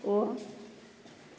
अ